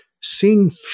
seeing